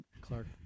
Clark